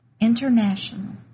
International